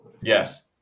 Yes